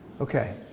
Okay